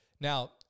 Now